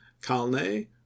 Kalne